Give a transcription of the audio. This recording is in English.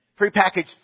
prepackaged